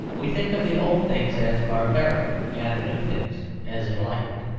we think of the old things as barbaric and the new things as enlightened.